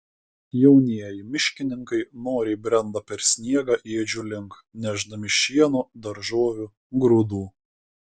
jaunieji miškininkai noriai brenda per sniegą ėdžių link nešdami šieno daržovių grūdų